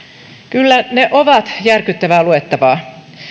kyllä ne ovat järkyttävää luettavaa